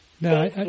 no